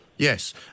Yes